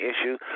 issue